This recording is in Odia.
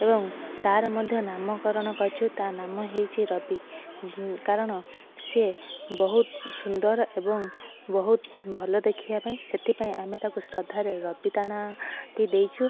ଏବଂ ତାର ମଧ୍ୟ ନାମକରଣ କରିଛୁ ତା ନାମ ହେଉଛି ରବି କାରଣ ସିଏ ବହୁତ ସୁନ୍ଦର ଏବଂ ବହୁତ ଭଲ ଦେଖିବା ପାଇଁ ସେଥିପାଇଁ ଆମେ ତାକୁ ଶ୍ରଦ୍ଧାରେ ରବି ତା ନାଁ ଟି ଦେଇଛୁ